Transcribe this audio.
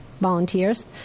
volunteers